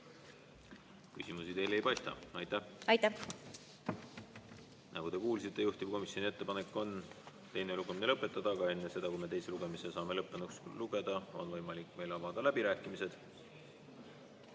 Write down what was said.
Küsimusi teile ei paista. Aitäh! Nagu te kuulsite, juhtivkomisjoni ettepanek on teine lugemine lõpetada. Aga enne seda, kui me teise lugemise saame lõppenuks lugeda, on võimalik avada läbirääkimised.